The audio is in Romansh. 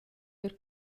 lur